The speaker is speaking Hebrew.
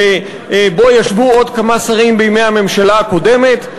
שבו ישבו עוד כמה שרים בימי הממשלה הקודמת.